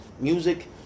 Music